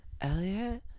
Elliot